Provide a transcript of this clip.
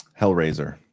Hellraiser